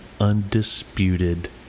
undisputed